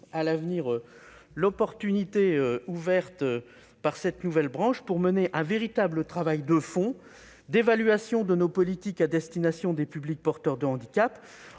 à l'avenir l'occasion offerte par cette nouvelle branche pour mener un véritable travail de fond d'évaluation de nos politiques à destination des publics porteurs de handicap,